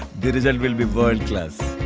the result will be world class,